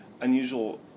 Unusual